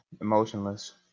emotionless